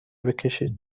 بکشید